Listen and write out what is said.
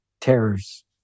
terrors